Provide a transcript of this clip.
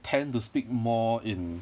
tend to speak more in